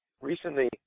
recently